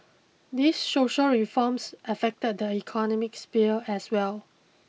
these social reforms affect the economic sphere as well